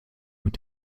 mit